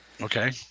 okay